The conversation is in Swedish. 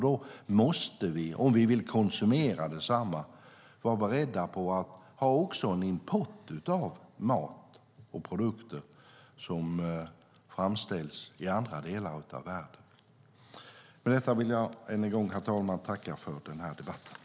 Då måste vi - om vi vill konsumera detsamma - vara beredda att ha en import av mat och produkter som framställs i andra delar av världen. Med detta vill jag, herr talman, än en gång tacka för debatten.